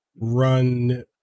run